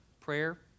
prayer